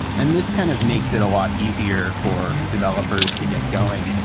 and this kind of makes it a lot easier for developers to get going.